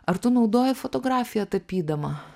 ar tu naudoji fotografiją tapydama